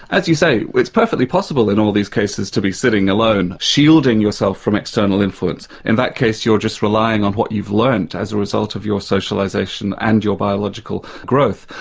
as you say, it's perfectly possible in all these cases to be sitting alone, shielding yourself from external influence. in that case you're just relying on what you've learnt as a result of your socialisation and your biological growth,